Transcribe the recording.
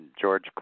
George